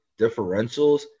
differentials